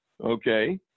Okay